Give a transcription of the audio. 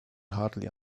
hardly